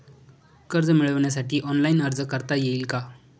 कर्ज मिळविण्यासाठी ऑनलाइन अर्ज करता येईल का?